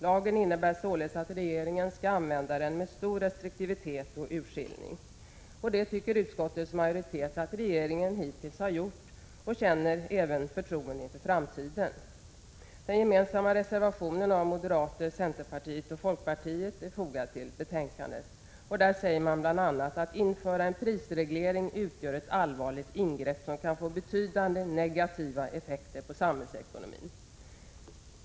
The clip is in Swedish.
Lagen innebär således att regeringen skall använda den med stor restriktivitet och urskill ning, och det tycker utskottets majoritet att regeringen hittills har gjort. Prot. 1986/87:36 Utskottsmajoriteten känner också förtroende för regeringen i denna fråga 26 november 1986 inför framtiden. inter a ART En gemensam reservation av moderata samlingspartiet, centerpartiet och folkpartiet är fogad till betänkandet. I den sägs att införandet av en prisreglering utgör ett allvarligt ingrepp, som kan få betydande negativa effekter på samhällsekonomin.